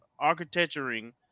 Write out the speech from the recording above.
architecturing